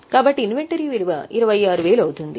కాబట్టి ఇన్వెంటరీ విలువ 26000 అవుతుంది